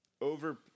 Over